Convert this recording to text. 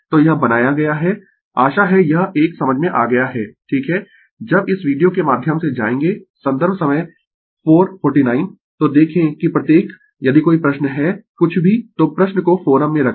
तो यह बनाया गया है आशा है यह एक समझ में आ गया है ठीक है जब इस वीडियो के माध्यम से जायेंगें संदर्भ समय 0449 तो देखें कि प्रत्येक यदि कोई प्रश्न है कुछ भी तो प्रश्न को फोरम में रखें